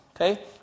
Okay